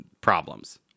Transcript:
problems